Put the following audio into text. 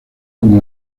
como